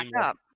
up